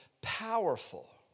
powerful